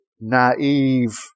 naive